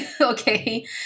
okay